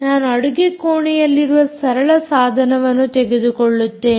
ನಾನು ಅಡುಗೆ ಕೋಣೆಯಲ್ಲಿರುವ ಸರಳ ಸಾಧನವನ್ನು ತೆಗೆದುಕೊಳ್ಳುತ್ತೇನೆ